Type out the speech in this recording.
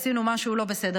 עשינו משהו לא בסדר,